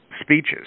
speeches